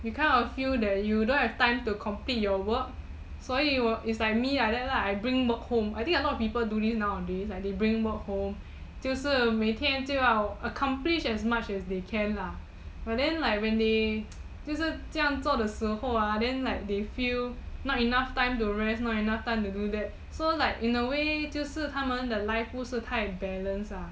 you kind of feel that you don't have time to complete your work 所以 it's like me like that lah I bring work home I think a lot of people do this now of days they bring work home 就是每天 accomplish as much as they can lah but then like when they 就是这样做的时候 they feel not enough time to rest not enough time to do that so like in a way 就是他们的 life 不是很 balanced lah